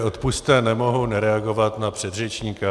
Odpusťte, nemohu nereagovat na předřečníka.